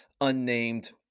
unnamed